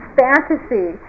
fantasy